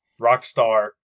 Rockstar